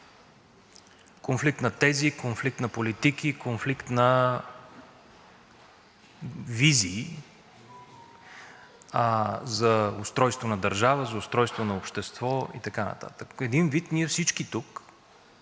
конфликт на тези, конфликт на политики, конфликт на визии за устройство на държавата, за устройство на обществото и така нататък – един вид, ние всички тук